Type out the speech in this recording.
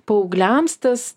paaugliams tas